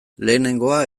lehenengoa